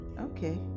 Okay